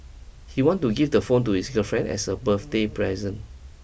he wanted to give the phone to his girlfriend as a birthday present